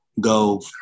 go